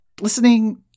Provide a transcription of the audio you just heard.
Listening